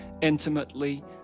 intimately